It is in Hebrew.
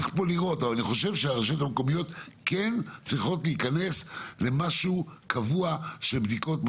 ואני חושב שהרשויות המקומיות כן צריכות להיכנס לנוהל קבוע של בדיקות,